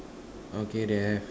okay then have